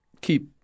keep